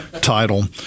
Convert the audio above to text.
title